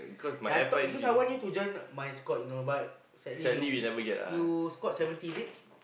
yea I talk because I want you to join my squad you know but sadly you you squad seventy is it